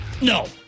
No